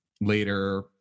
later